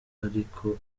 ariko